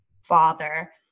father